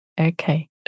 Okay